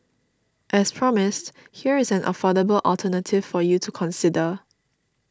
as promised here is an affordable alternative for you to consider